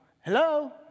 hello